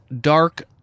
dark